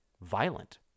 violent